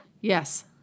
Yes